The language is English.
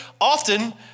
Often